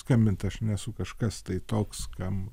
skambint aš nesu kažkas tai toks kam